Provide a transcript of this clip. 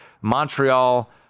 Montreal